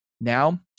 Now